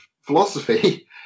philosophy